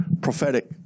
prophetic